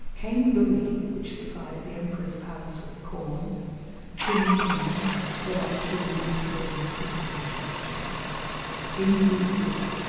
kain-gui, which supplies the emperor's palace with corn ching-kiang where are two nestorian christian churches ginguigui,